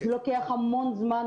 לוקח המון זמן.